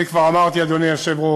אני כבר אמרתי, אדוני היושב-ראש,